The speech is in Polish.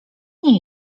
nie